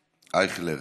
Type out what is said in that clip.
אייכלר,